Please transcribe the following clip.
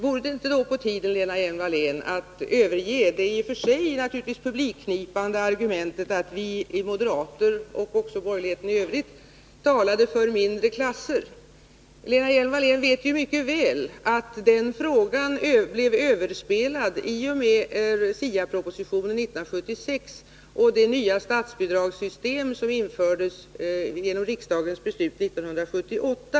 Vore det då inte på tiden, Lena Hjelm-Wallén, att överge det i och för sig naturligtvis publikknipande argumentet att vi moderater och borgerligheten i övrigt talade för mindre klasser? Lena Hjelm-Wallén vet ju mycket väl att den frågan blev överspelad i och med SIA-propositionen 1976 och det nya statsbidragssystem som infördes genom riksdagsbeslut 1978.